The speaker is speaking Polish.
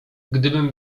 gdybym